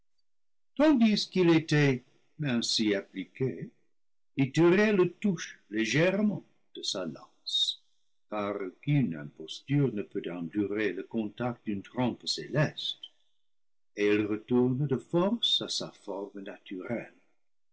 tandis qu'il était ainsi appliqué ithuriel le touche légèrement de sa lance car aucune imposture ne peut endurer le contact d'une trempe céleste et elle retourne de force à sa forme naturelle